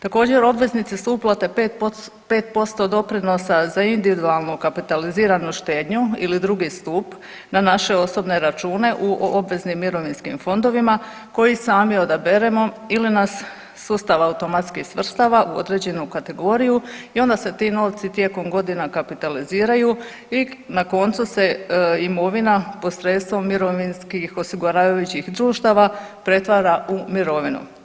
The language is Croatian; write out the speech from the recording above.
Također obveznici su uplate 5% od doprinosa za individualno kapitaliziranu štednju ili drugi stup na naše osobne račune u obveznim mirovinskim fondovima koji sami odberemo ili nas sustav automatski svrstava u određenu kategoriju i onda se ti novci tijekom godina kapitaliziraju i na koncu se imovina posredstvom mirovinskih osiguravajućih društava pretvara u mirovinu.